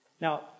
Now